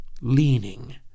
leaning